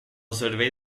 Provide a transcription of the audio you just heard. cervell